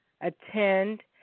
attend